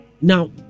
Now